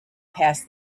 past